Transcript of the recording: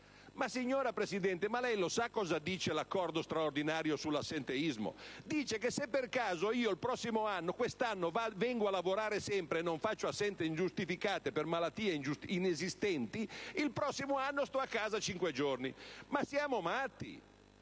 Ma, signora Presidente, lei sa cosa prevede quell'accordo straordinario sull'assenteismo? Prevede che se per caso quest'anno vengo a lavorare sempre e non faccio assenze ingiustificate per malattie inesistenti, il prossimo anno sto a casa cinque giorni! Ma siamo matti?